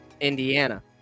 Indiana